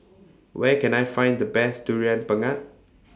Where Can I Find The Best Durian Pengat